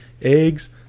eggs